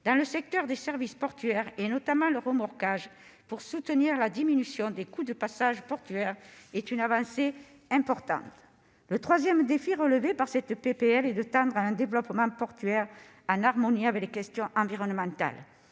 dans le secteur des services portuaires, et notamment le remorquage, pour soutenir la diminution des coûts du passage portuaire, est une avancée importante. Le troisième défi relevé par cette proposition de loi est de tendre vers un développement portuaire en harmonie avec les questions environnementales.